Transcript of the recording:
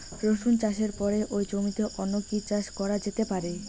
রসুন চাষের পরে ওই জমিতে অন্য কি চাষ করা যেতে পারে?